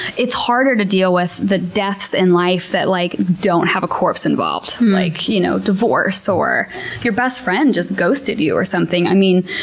it's harder to deal with the deaths in life that like don't have a corpse involved, like you know divorce or your best friend just ghosted you or something. i mean,